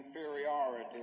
inferiority